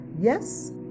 Yes